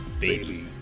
baby